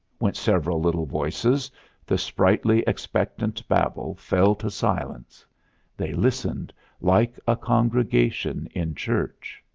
went several little voices the sprightly, expectant babel fell to silence they listened like a congregation in church.